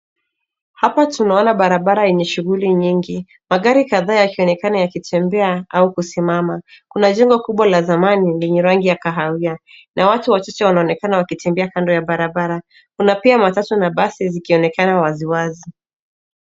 Hapa tunaona barabara yenye shughuli nyingi magari kadhaa yakionekana yakitembea au kusimama kuna jengo kubwa la zamani lenye rangi ya kahawia na watu wachache wanaonekana wakitembea kando ya barabara kuna pia matatu na basi zikionekana waziwazi.